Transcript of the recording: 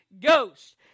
Ghost